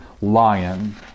lion